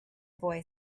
boy